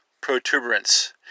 protuberance